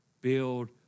build